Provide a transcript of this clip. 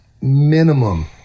minimum